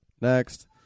Next